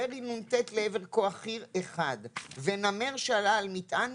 ירי נ"ט לעבר כוח חי"ר אחד ונמר שעלה על מטען,